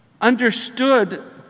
understood